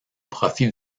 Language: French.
profit